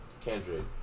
Kendrick